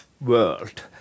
world